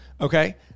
Okay